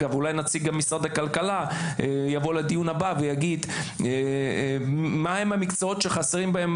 אולי נציג משרד הכלכלה יבוא לדיון הבא ויגיד מה המקצועות שחסרים בהם